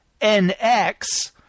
NX